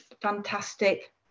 fantastic